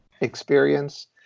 experience